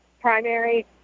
primary